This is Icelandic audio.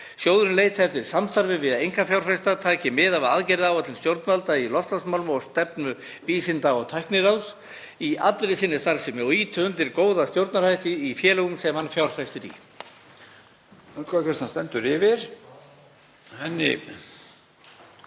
Sjóðurinn leiti eftir samstarfi við einkafjárfesta, taki mið af aðgerðaáætlun stjórnvalda í loftslagsmálum og stefnu Vísinda- og tækniráðs í allri starfsemi sinni og ýti undir góða stjórnarhætti í félögum sem hann fjárfestir í.